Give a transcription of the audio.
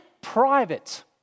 private